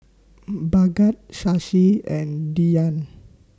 Bhagat Shashi and Dhyan